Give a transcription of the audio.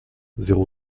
zéro